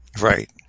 right